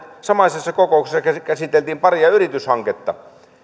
samaisessa kokouksessa käsiteltiin paria yrityshanketta